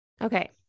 Okay